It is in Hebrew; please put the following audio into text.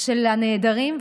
של הנעדרים,